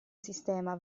sistema